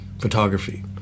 photography